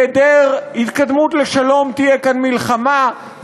בהיעדר התקדמות לשלום תהיה כאן מלחמה,